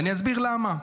ואסביר למה.